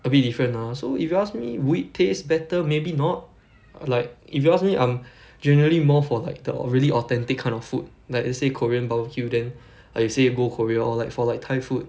a bit different ah so if you ask me would it taste better maybe not like if you ask me I'm generally more for like the really authentic kind of food like let's say korean barbecue then I say go korea or like for like thai food